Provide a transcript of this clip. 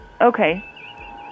Okay